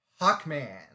Hawkman